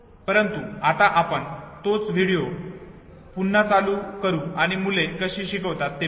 परंतु आता आपण तोच व्हिडिओ पुन्हा चालू करू आणि मुले गाणी कशी शिकतात ते पाहू